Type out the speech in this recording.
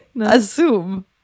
assume